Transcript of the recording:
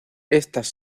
estas